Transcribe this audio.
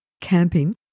camping